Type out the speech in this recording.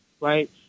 right